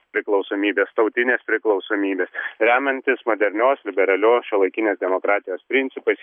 priklausomybės tautinės priklausomybės remiantis modernios liberalios šiuolaikinės demokratijos principais